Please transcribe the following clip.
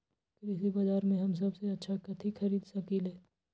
कृषि बाजर में हम सबसे अच्छा कथि खरीद सकींले?